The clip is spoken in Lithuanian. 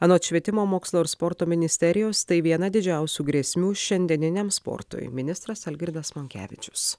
anot švietimo mokslo ir sporto ministerijos tai viena didžiausių grėsmių šiandieniniam sportui ministras algirdas monkevičius